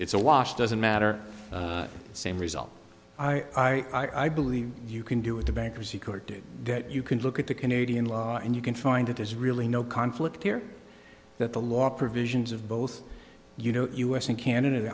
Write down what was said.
it's a wash doesn't matter same result i i believe you can do it the bankruptcy court did that you can look at the canadian law and you can find it there's really no conflict here that the law provisions of both you know u s and canada